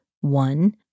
one